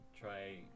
try